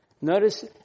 Notice